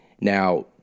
Now